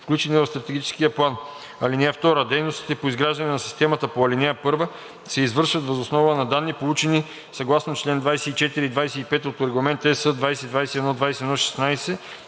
включени в Стратегическия план. (2) Дейностите по изграждане на системата по ал. 1 се извършват въз основа на данни, получени съгласно чл. 24 и 25 от Регламент (ЕС) 2021/2116